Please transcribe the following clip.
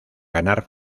ganar